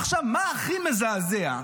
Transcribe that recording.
עכשיו, מה הכי מזעזע?